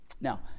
Now